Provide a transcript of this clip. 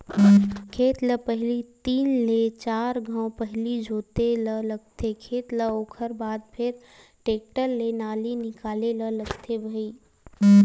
खेत ल पहिली तीन ले चार घांव पहिली जोते ल लगथे खेत ल ओखर बाद फेर टेक्टर ले नाली निकाले ल लगथे भई